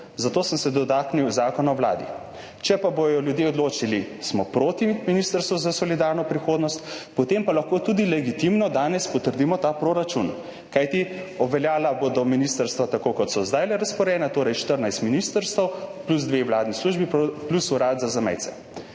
Zato sem se dotaknil zakona o Vladi. Če pa bodo ljudje odločili, smo proti ministrstvu za solidarno prihodnost, potem pa lahko tudi legitimno danes potrdimo ta proračun. Kajti obveljala bodo ministrstva, tako kot so zdajle razporejena, torej 14 ministrstev plus dve vladni službi pa plus Urad za zamejce.